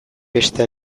beste